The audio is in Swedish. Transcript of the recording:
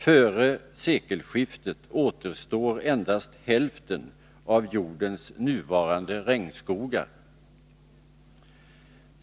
Före sekelskiftet återstår endast hälften av jordens nuvarande regnskogar.